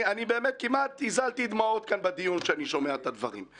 כמעט הזלתי דמעות כאן בדיון כשאני שומע את הדברים.